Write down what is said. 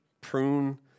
prune